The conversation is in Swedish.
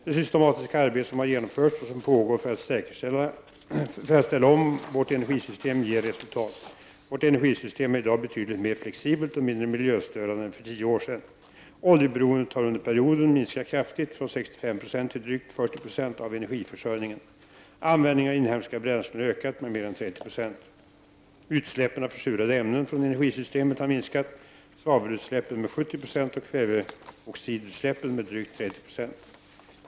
Det systematiska arbete som har genomförts och som pågår för att ställa om vårt energisystem ger resultat. Vårt energisystem är i dag betydligt mer flexibelt och mindre miljöstörande än för tio år sedan. Oljeberoendet har under perioden minskat kraftigt — från 65 96 till drygt 40 70 av energiförsörjningen. Användningen av inhemska bränslen har ökat med mer än 30 96. Utsläppen av försurande ämnen från energisystemet har minskat — svavelutsläppen med 70 96 och kväveoxidutsläppen med drygt 30 96.